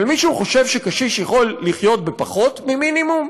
אבל מישהו חושב שקשיש יכול לחיות בפחות ממינימום?